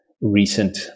recent